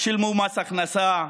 שילמו מס ההכנסה,